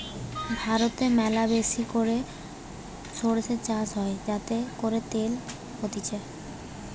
ভারতে ম্যালাবেশি করে সরষে চাষ হয় যাতে করে তেল হতিছে